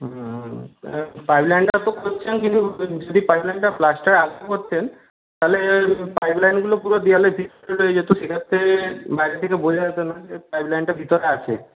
হুম pipe লাইনটা তো করছেন কিন্তু যদি পাইপ লাইনটা প্লাস্টারের আগে করতেন তাহলে পাইপ লাইনগুলো পুরো দেওয়ালে ফিক্সড হয়ে যেত সেটাতে বাইরে থেকে বোঝা যেত না যে পাইপ লাইনটা ভিতরে আছে